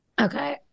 Okay